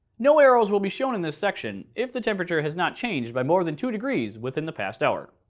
no arrows will be shown in this section if the temperature has not changed by more than two degrees within the past hour.